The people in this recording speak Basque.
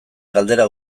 galdera